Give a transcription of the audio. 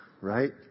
Right